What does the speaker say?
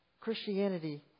Christianity